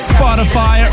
Spotify